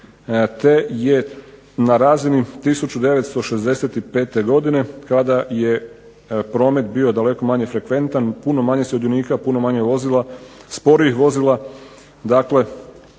te je na razini 1965. godine kada je promet bio daleko manje frekventan, puno manje sudionika, puno manje vozila, sporijih vozila, dakle